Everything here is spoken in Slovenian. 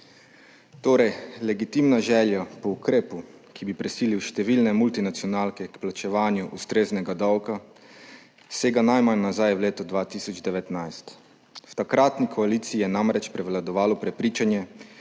kolegi! Legitimna želja po ukrepu, ki bi prisilil številne multinacionalke k plačevanju ustreznega davka, sega najmanj nazaj v leto 2019. V takratni koaliciji je namreč prevladovalo prepričanje,